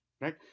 right